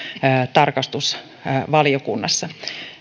tarkastusvaliokunnassa